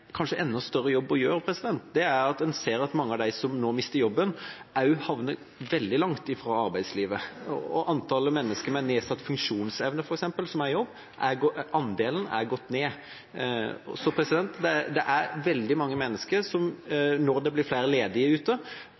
enda større jobb å gjøre, er der vi ser at mange av dem som nå mister jobben, havner veldig langt fra arbeidslivet, og der vi ser at andelen mennesker med nedsatt funksjonsevne som er i jobb, f.eks., har gått ned. Det er veldig mange mennesker som når det blir flere ledige ute,